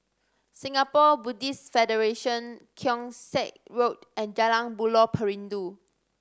Singapore Buddhist Federation Keong Saik Road and Jalan Buloh Perindu